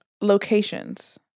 Locations